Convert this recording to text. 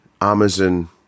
Amazon